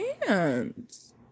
hands